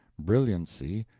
brilliancy,